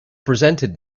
presented